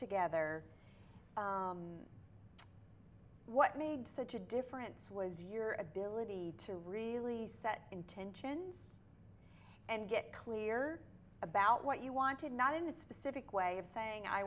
together what made such a difference was your ability to really set intention and get clear about what you wanted not in a specific way of saying i